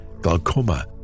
glaucoma